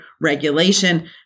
regulation